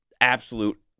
absolute